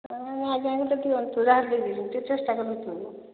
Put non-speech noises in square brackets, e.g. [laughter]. ଏ ଆଗ ଆଡ଼େ ତ ଠିଆ ହୋଇଛନ୍ତି [unintelligible] ଟିକେ ଚେଷ୍ଟା କରନ୍ତୁ